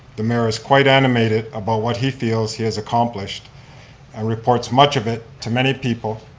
the mayor's quite animated about what he feels he has accomplished and reports much of it to many people,